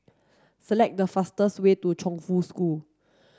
select the fastest way to Chongfu School